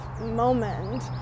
moment